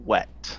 Wet